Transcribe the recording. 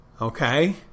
Okay